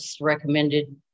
recommended